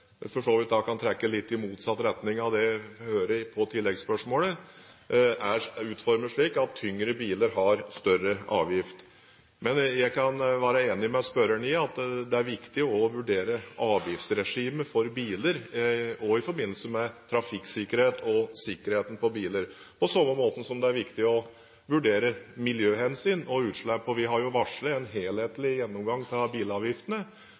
for så vidt kan trekke litt i motsatt retning av det jeg hører i tilleggsspørsmålet – er utformet slik at tyngre biler har større avgift. Jeg kan være enig med spørreren i at det er viktig også å vurdere avgiftsregimet for biler i forbindelse med trafikksikkerhet og sikkerheten på biler, på samme måten som det er viktig å vurdere miljøhensyn og utslipp. Vi har varslet en helhetlig gjennomgang av bilavgiftene,